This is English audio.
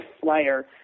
flyer